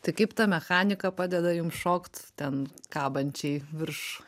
tai kaip ta mechanika padeda jum šokt ten kabančiai virš